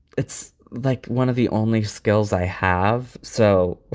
it's like one of the only skills i have. so,